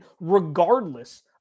regardless